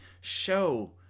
show